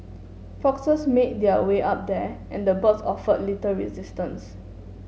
foxes made their way up there and the birds offered little resistance